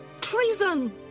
Treason